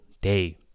day